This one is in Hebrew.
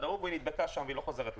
ההוא והיא נדבקה שם והיא לא חוזרת לאמצע.